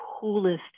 coolest